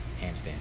Handstand